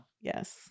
Yes